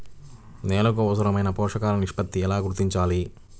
నేలలకు అవసరాలైన పోషక నిష్పత్తిని ఎలా గుర్తించాలి?